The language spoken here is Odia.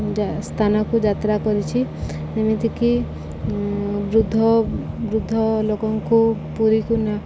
ଯା ସ୍ଥାନକୁ ଯାତ୍ରା କରିଛି ଯେମିତିକି ବୃଦ୍ଧ ବୃଦ୍ଧ ଲୋକଙ୍କୁ ପୁରୀକୁ ନା